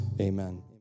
amen